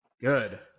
Good